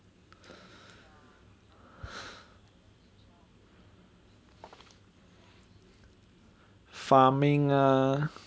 farming lah